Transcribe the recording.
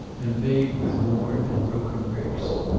and paved with worn and broken bricks.